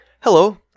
Hello